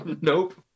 nope